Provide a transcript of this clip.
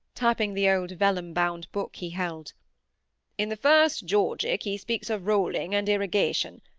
tapping the old vellum-bound book he held in the first georgic he speaks of rolling and irrigation,